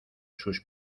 sus